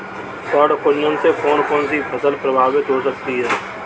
पर्ण कुंचन से कौन कौन सी फसल प्रभावित हो सकती है?